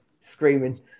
Screaming